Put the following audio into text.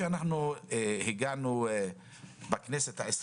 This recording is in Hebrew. בכנסת ה-20